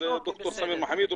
אז ד"ר סמיר מחמיד,